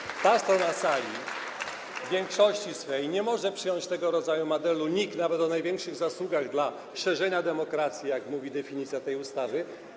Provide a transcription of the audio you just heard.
Natomiast ta strona na sali z kolei w większości swej nie może przyjąć tego rodzaju medalu, nikt, nawet o największych zasługach dla szerzenia demokracji, jak mówi definicja tej ustawy.